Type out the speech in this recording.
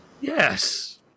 yes